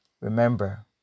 Remember